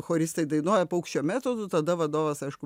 choristai dainuoja paukščio metodu tada vadovas aišku